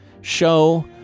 show